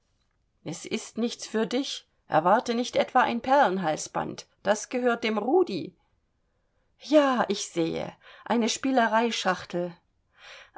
es ist nichts für dich erwarte nicht etwa ein perlenhalsband das gehört dem rudi ja ich sehe eine spielereischachtel